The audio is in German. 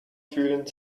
fühlen